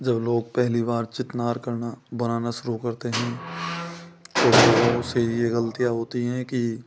जब लोग पहली बार चितनार करना बनाना शुरू करते हैं तो लोगों से यह गलतियाँ होती है की